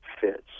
fits